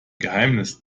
geheimnis